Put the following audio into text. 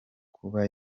kuba